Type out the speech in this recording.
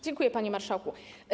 Dziękuję, panie marszałku.